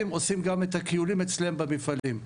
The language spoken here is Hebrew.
עושים גם את הכיולים אצלם במפעלים.